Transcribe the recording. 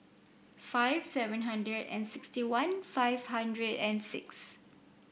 five seven hundred and sixty one five hundred and six